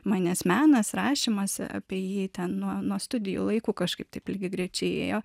manęs menas rašymas apie jį ten nuo nuo studijų laikų kažkaip taip lygiagrečiai ėjo